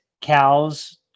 cows